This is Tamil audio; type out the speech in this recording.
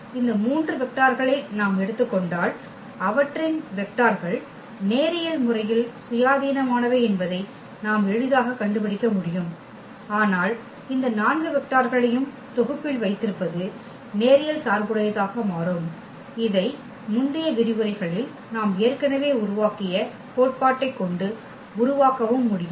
ஆனால் இந்த 3 வெக்டார்களை நாம் எடுத்துக் கொண்டால் அவற்றின் வெக்டார்கள் நேரியல் முறையில் சுயாதீனமானவை என்பதை நாம் எளிதாக கண்டுபிடிக்க முடியும் ஆனால் இந்த 4 வெக்டார்களையும் தொகுப்பில் வைத்திருப்பது நேரியல் சார்புடையதாக மாறும் இதை முந்தைய விரிவுரைகளில் நாம் ஏற்கனவே உருவாக்கிய கோட்பாட்டைக் கொண்டு உருவாக்கவும் முடியும்